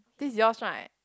this is your's one